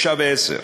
9 ו-10,